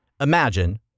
Imagine